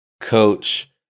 coach